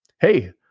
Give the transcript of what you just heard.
hey